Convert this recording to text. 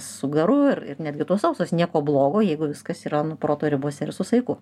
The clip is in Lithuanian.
su garu ir ir netgi tos sausos nieko blogo jeigu viskas yra nu proto ribose ir su saiku